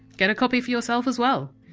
get a copy for yourself as well.